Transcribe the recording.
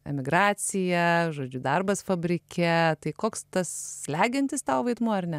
emigracija žodžiu darbas fabrike tai koks tas slegiantis tau vaidmuo ar ne